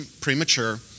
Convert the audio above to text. premature